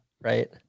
right